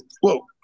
Whoa